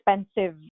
expensive